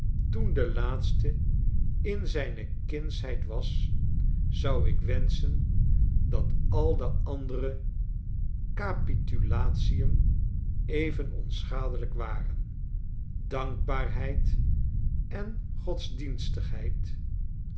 toen de laatste in zijne kindsheid was zou ik wenschen dat al de andere capitulatien even onschadelijk waren dankbaarheid en